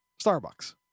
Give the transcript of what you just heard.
Starbucks